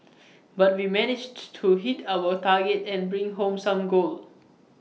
but we managed to hit our target and bring home some gold